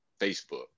facebook